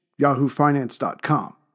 yahoofinance.com